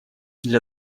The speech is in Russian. для